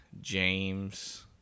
James